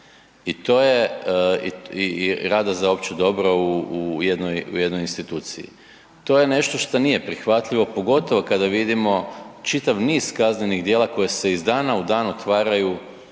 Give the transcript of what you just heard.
i rada za opće dobro u jednoj instituciji. To je nešto što nije prihvatljivo pogotovo kada vidimo čitav niz kaznenih djela koje se iz dana u dan otvaraju